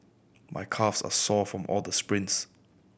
my calves are sore from all the sprints